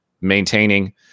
maintaining